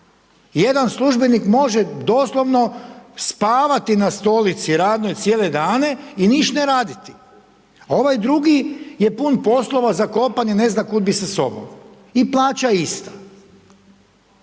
Jedna službenik može doslovno spavati na stolici radnoj cijele dane i ništa ne raditi a ovaj drugi je pun poslova, zakopan i ne zna kud bi sa sobom i plaća je ista.